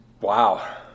Wow